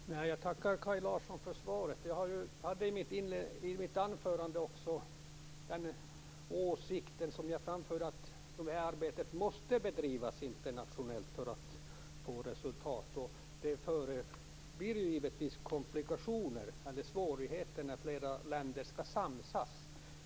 Fru talman! Jag tackar Kaj Larsson för svaret. Jag framförde också i mitt anförande åsikten att det här arbetet måste bedrivas internationellt för att få resultat, och givetvis blir det komplikationer och svårigheter när flera länder skall samsas.